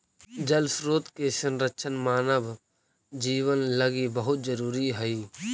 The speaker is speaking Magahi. जल स्रोत के संरक्षण मानव जीवन लगी बहुत जरूरी हई